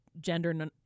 gender